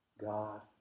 God